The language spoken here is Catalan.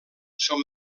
són